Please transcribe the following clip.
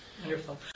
Wonderful